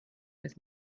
his